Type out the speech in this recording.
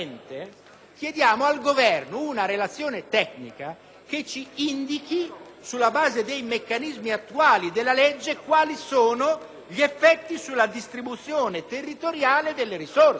politicamente al Governo una relazione tecnica che ci indichi, sulla base dei meccanismi attuali della legge, quali sono gli effetti sulla distribuzione territoriale delle risorse.